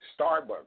Starbucks